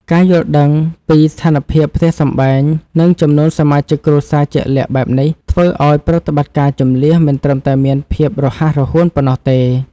ការយល់ដឹងពីស្ថានភាពផ្ទះសម្បែង និងចំនួនសមាជិកគ្រួសារជាក់លាក់បែបនេះ ធ្វើឱ្យប្រតិបត្តិការជម្លៀសមិនត្រឹមតែមានភាពរហ័សរហួនប៉ុណ្ណោះទេ។